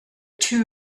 two